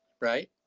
right